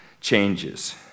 changes